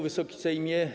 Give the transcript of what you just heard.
Wysoki Sejmie!